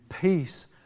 peace